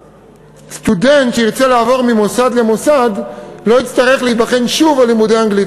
סטודנט שירצה לעבור ממוסד למוסד לא יצטרך להיבחן שוב באנגלית.